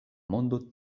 mondo